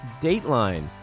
dateline